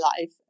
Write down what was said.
life